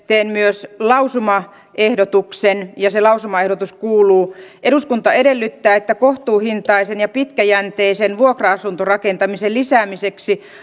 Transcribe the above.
teen myös lausumaehdotuksen ja se lausumaehdotus kuuluu eduskunta edellyttää että kohtuuhintaisen ja pitkäjänteisen vuokra asuntorakentamisen lisäämiseksi